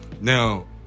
Now